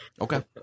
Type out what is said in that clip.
Okay